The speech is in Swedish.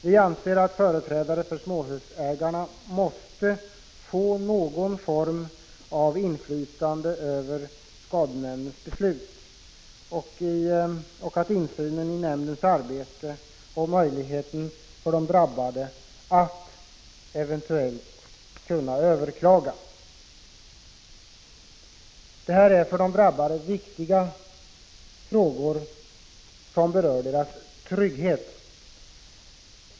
Vi anser att företrädare för småhusägarna måste få någon form av inflytande över skadenämndens beslut. De drabbade måste också få insyn i nämndens arbete och eventuellt kunna överklaga dess beslut. Detta är för de drabbade viktiga frågor som berör deras trygghet.